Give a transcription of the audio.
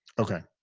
okay.